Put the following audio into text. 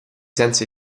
senza